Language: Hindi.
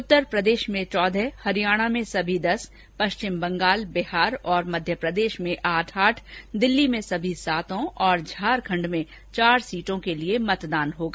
उत्तर प्रदेश में चौदह हरियाणा में सभी दस पश्चिम बंगाल बिहार और मध्य प्रदेश में आठ आठ दिल्ली में सभी सातों तथा झारखंड में चार सीटों के लिये मतदान होगा